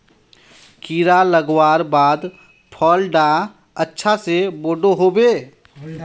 कीड़ा लगवार बाद फल डा अच्छा से बोठो होबे?